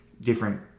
different